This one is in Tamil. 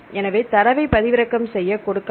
எனவே தரவை பதிவிறக்கம் செய்ய கொடுக்கலாம்